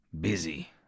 Busy